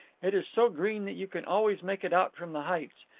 it is so green that you can always make it out from the heights,